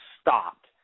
stopped